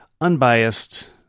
unbiased